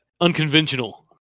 unconventional